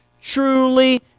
truly